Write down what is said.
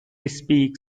speak